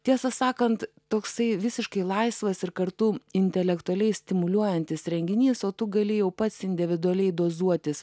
tiesą sakant toksai visiškai laisvas ir kartu intelektualiai stimuliuojantis renginys o tu gali jau pats individualiai dozuotis